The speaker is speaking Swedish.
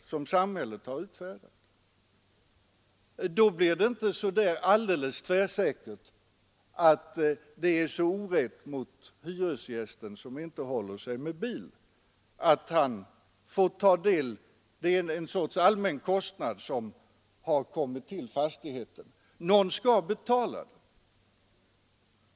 Väljer man den utgångspunklagstiftningen, ten så blir det inte så där alldeles tvärsäkert att det är orätt mot mm: hyresgästen som inte håller sig med bil att han trots allt får bära en del av den sorts allmänna kostnad som lagts på fastigheten genom garagebyggandet. Någon skall betala.